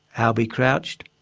alby crouched,